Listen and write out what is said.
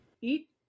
Eat